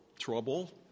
trouble